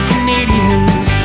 Canadians